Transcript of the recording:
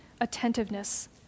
attentiveness